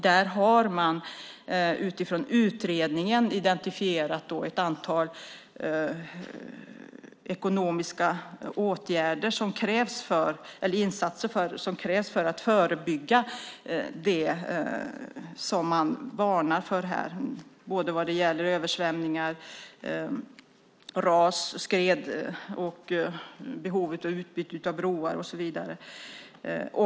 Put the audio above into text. Där har man utifrån utredningen identifierat ett antal ekonomiska insatser som krävs för att förebygga det som man här varnar för. Det gäller översvämningar, ras, skred, behovet av utbyte av broar och så vidare.